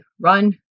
Run